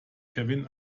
kevin